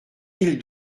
mille